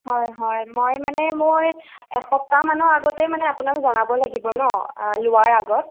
হয় হয় মই মানে মোৰ এসপ্তাহমানৰ আগতেই মানে আপোনাক জনাব লাগিব ন' লোৱাৰ আগত